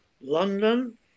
London